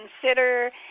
consider